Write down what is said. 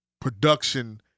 production